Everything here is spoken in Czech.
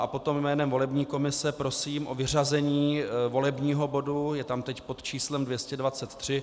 A potom jménem volební komise prosím o vyřazení volebního bodu, je tam teď po číslem 223.